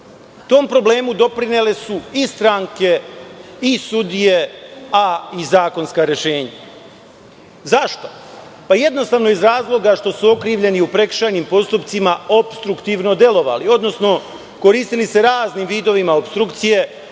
Tom problemu doprinele su i stranke i sudije a i zakonska rešenja. Zašto? Pa jednostavno iz razloga što su okrivljeni u prekršajnim postupcima opstruktivno delovali, odnosno koristili se raznim vidovima opstrukcije